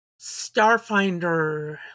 Starfinder